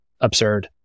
absurd